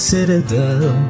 Citadel